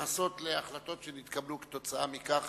שמתייחסות להחלטות שנתקבלו כתוצאה מכך